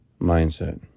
mindset